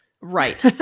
Right